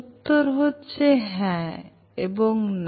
উত্তর হচ্ছে হ্যাঁ এবং না